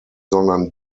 sondern